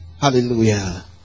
Hallelujah